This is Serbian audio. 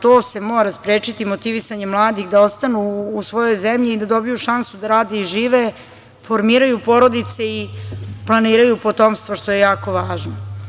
To se mora sprečiti motivisanjem mladih da ostanu u svojoj zemlji i da dobiju šansu da rade i žive, formiraju porodice i planiraju potomstvo, što je jako važno.